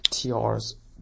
TR's